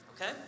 okay